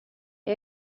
hij